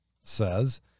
says